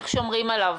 איך שומרים עליו?